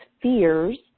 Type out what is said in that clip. fears